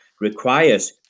requires